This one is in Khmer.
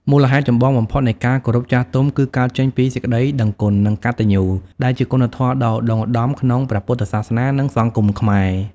មូលហេតុចម្បងបំផុតនៃការគោរពចាស់ទុំគឺកើតចេញពីសេចក្តីដឹងគុណ និងកតញ្ញូ ដែលជាគុណធម៌ដ៏ឧត្តុង្គឧត្តមក្នុងព្រះពុទ្ធសាសនា និងសង្គមខ្មែរ។